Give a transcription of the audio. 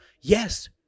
yes